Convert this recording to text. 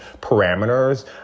parameters